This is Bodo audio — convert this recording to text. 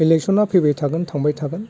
एलेकसना फैबाय थागोन थांबाय थागोन